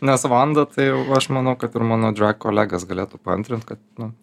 nes vanda tai jau aš manau kad ir mano kolegos galėtų paantrint kad nu